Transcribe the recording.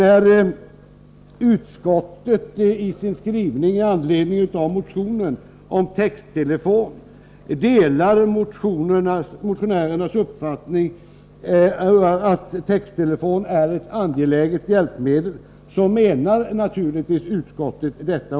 När utskottet i sin skrivning i anledning av motionen om texttelefon anger att man delar motionärernas uppfattning att texttelefon är ett angeläget hjälpmedel, så menar naturligtvis utskottet detta.